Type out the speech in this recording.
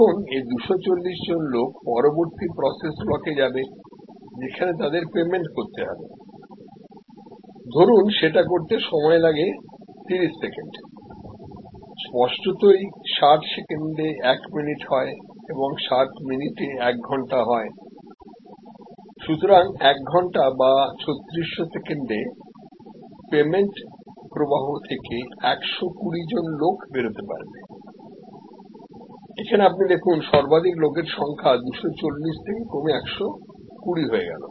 এখন এই 240 জন লোক পরবর্তী প্রসেস ব্লকে যাবে যেখানে তাদের পেমেন্ট করতে হবে ধরুন সেটা করতে সময় লাগে 30 সেকেন্ড স্পষ্টতই 60 সেকেন্ডে এক মিনিট হয় এবং 60 মিনিটে 1 ঘন্টা হয় সুতরাং এক ঘন্টা বা 3600 সেকেন্ডে পেমেন্ট প্রবাহ থেকে একশো কুড়ি জন লোক বেরোতে পারবে এখানে আপনি দেখুন সর্বাধিক লোকের সংখ্যা 240 থেকে কমে 120 হয়ে গেল